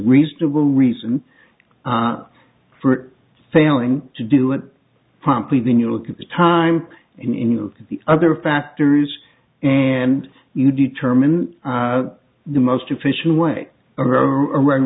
reasonable reason for failing to do it promptly then you look at the time in you know the other factors and you determine the most efficient way around